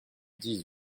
dix